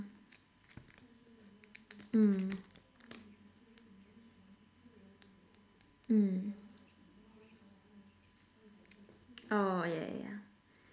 mm mm oh yeah yeah yeah